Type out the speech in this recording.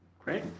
Great